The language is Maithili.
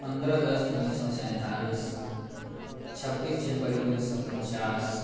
पन्द्रह अगस्त उन्नीस सए सेतालीस छब्बीस जनवरी उन्नीस सए पचास